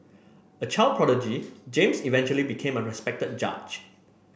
a child prodigy James eventually became a respected judge